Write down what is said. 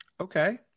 okay